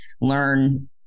learn